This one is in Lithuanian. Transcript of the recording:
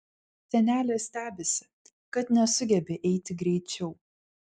senelė stebisi kad nesugebi eiti greičiau